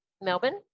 Melbourne